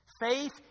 Faith